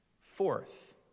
Fourth